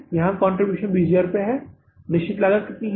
यहाँ कंट्रीब्यूशन 20000 है और निर्धारित लागत कितनी है